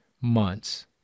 months